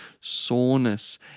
soreness